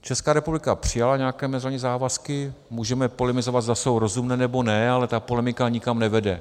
Česká republika přijala nějaké mezinárodní závazky, můžeme polemizovat, jestli jsou rozumné, nebo ne, ale ta polemika nikam nevede.